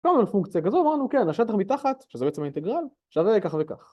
גם על פונקציה כזו אמרנו כן, השטח מתחת, שזה בעצם האינטגרל, שווה כך וכך.